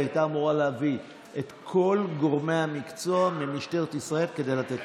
היא הייתה אמורה להביא את כל גורמי המקצוע ממשטרת ישראל כדי לתת תשובות.